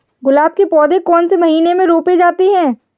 गुलाब के पौधे कौन से महीने में रोपे जाते हैं?